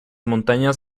montañas